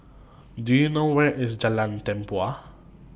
Do YOU know Where IS Jalan Tempua